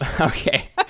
okay